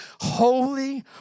Holy